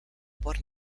por